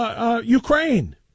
Ukraine